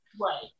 Right